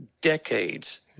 decades